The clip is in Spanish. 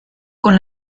con